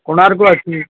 କୋଣାର୍କ ଅଛି